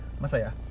masaya